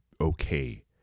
okay